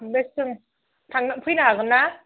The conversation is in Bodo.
बेसिम फैनो हागोन ना